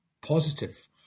positive